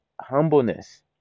humbleness